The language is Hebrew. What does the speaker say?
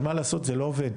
אבל מה לעשות זה לא עובד.